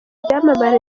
byamamare